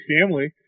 family